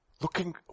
looking